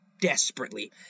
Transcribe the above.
desperately